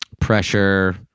pressure